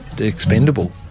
expendable